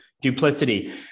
duplicity